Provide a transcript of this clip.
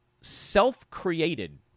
self-created